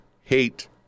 hate